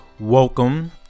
Welcome